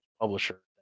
publisher